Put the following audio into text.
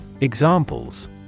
Examples